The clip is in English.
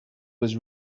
was